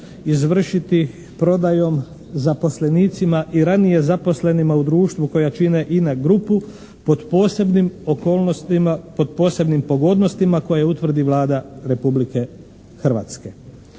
izvršiti prodajom zaposlenicima i ranije zaposlenima u društvu koja čine INA grupu, pod posebnim okolnostima, pod posebnim pogodnostima koje utvrdi Vlada Republike Hrvatske.